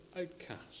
outcast